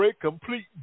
complete